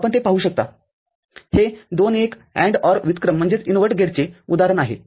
आपण ते पाहू शकता हे २ १ AND OR व्युत्क्रम गेटचेउदाहरण आहे